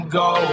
go